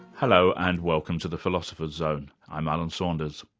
hello, and welcome to the philosopher's zone i'm alan saunders.